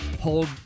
Hold